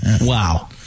wow